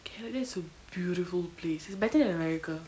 canada is a beautiful place it's better than america